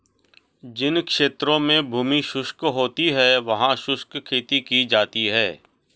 जिन क्षेत्रों में भूमि शुष्क होती है वहां शुष्क खेती की जाती है